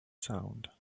sound